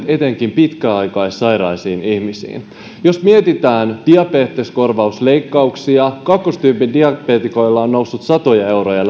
etenkin pitkäaikaissairaisiin ihmisiin kohdistuneet leikkaukset jos mietitään diabeteskorvausleikkauksia kakkostyypin diabeetikoilla lääkekorvauskustannukset ovat nousseet satoja euroja